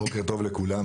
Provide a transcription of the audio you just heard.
בוקר טוב לכולם,